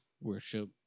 worship